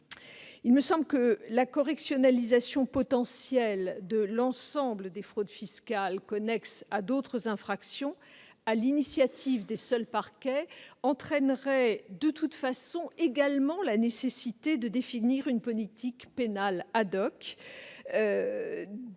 De toute façon, la correctionnalisation potentielle de l'ensemble des fraudes fiscales connexes à d'autres infractions sur l'initiative des seuls parquets entraînerait également la nécessité de définir une politique pénale, de